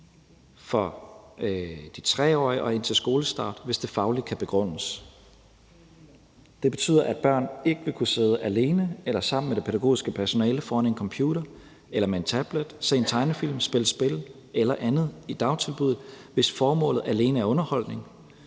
for de 3-årige og frem til skolestart, hvis det fagligt kan begrundes. Det betyder, at børn ikke vil kunne sidde alene eller sammen med det pædagogiske personale foran en computer eller med en tablet og se en tegnefilm eller spille et spil eller noget andet i dagtilbuddet, hvis formålet alene er underholdning,